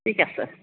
ঠিক আছে